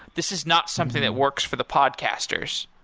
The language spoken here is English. this is not something that works for the podcasters.